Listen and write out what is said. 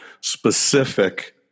specific